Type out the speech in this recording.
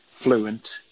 fluent